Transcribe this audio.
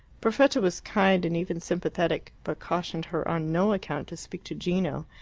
perfetta was kind and even sympathetic, but cautioned her on no account to speak to gino,